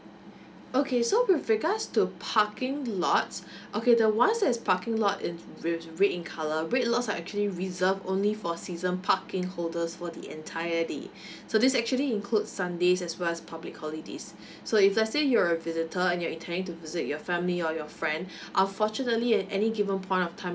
okay so with regards to parking lots okay the ones has parking lot in with red in colour red lots are actually reserve only for season parking holders for the entire day so this actually include sundays as well as public holidays so if let's say you're a visitor and you're intending to visit your family or your friend unfortunately at any given point of time